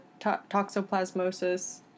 toxoplasmosis